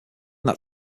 that